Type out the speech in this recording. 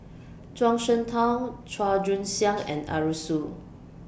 Zhuang Shengtao Chua Joon Siang and Arasu